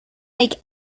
make